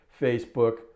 Facebook